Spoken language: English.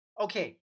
Okay